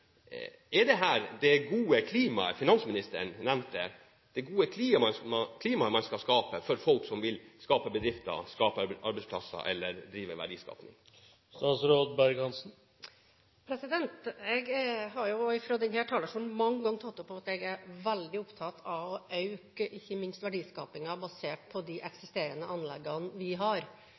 gode klimaet som finansministeren nevnte, det gode klimaet man skal skape for folk som vil skape bedrifter, skape arbeidsplasser og drive verdiskaping? Jeg har fra denne talerstolen mange ganger tatt opp at jeg er veldig opptatt av å øke ikke minst verdiskapingen basert på de eksisterende anleggene vi har.